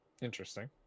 Interesting